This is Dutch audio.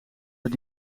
het